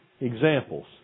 examples